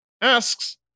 Asks